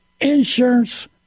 Insurance